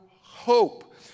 hope